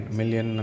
million